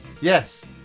Yes